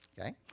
okay